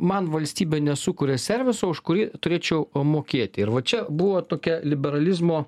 man valstybė nesukuria serviso už kurį turėčiau mokėti ir va čia buvo tokia liberalizmo